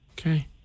Okay